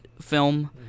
film